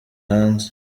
hanze